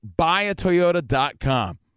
BuyAToyota.com